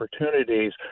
opportunities